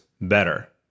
better